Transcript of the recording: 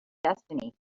destiny